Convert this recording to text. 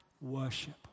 Worship